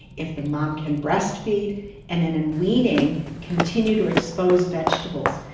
if the mom can breast feed and then in weaning continue to expose vegetables,